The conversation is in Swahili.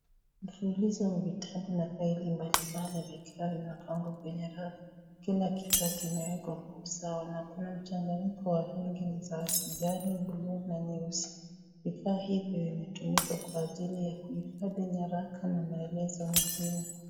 Mfulizo wa vitabu na faili mbalimbali vikiwa vimepangwa kwenye ravu. Kina kina kimewekwa kwa usawa. Kuna mchanganyiko wa bidhaa: kijani, nyeupe na nyeusi. Bidhaa hivi vimetumika kwa ajili ya kuhifadhi nyaraka na maelezo mengine.